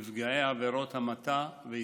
נפגעי עבירות המתה והתאבדות.